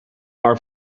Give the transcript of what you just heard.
are